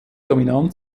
dominant